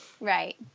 Right